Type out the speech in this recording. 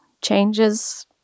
changes